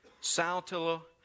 Saltillo